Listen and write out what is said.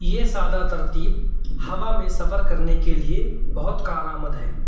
یہ سادہ ترتیب ہوا میں سفر کرنے کے لیے بہت کارآمد ہے